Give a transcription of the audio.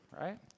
right